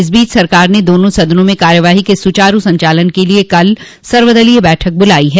इस बीच सरकार ने दोनों सदनों में कार्यवाही के सुचारू संचालन के लिए कल सर्वदलीय बैठक बुलाई है